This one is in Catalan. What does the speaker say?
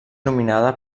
nominada